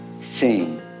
Sing